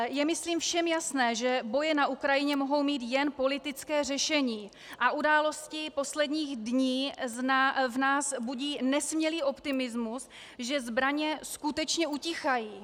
Je myslím všem jasné, že boje na Ukrajině mohou mít jen politické řešení, a události posledních dní v nás budí nesmělý optimismus, že zbraně skutečně utichají.